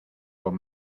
con